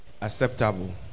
acceptable